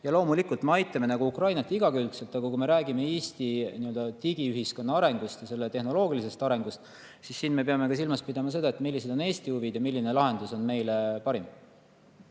Loomulikult me aitame Ukrainat igakülgselt, aga kui me räägime Eesti digiühiskonna arengust ja tehnoloogilisest arengust, siis siin me peame silmas pidama seda, millised on Eesti huvid ja milline lahendus on meile parim.